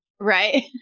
Right